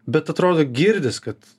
bet atrodo girdis kad